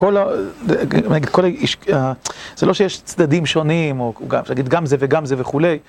כל... זה לא שיש צדדים שונים, או גם, אפשר להגיד, גם זה וגם זה וכולי.